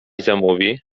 zamówi